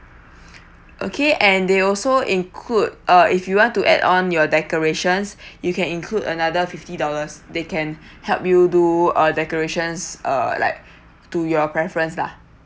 okay and they also include uh if you want to add on your decorations you can include another fifty dollars they can help you do uh decorations uh like to your preference lah